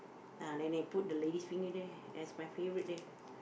ah then they put the lady's finger there that's my favorite there